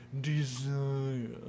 desire